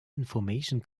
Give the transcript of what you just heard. information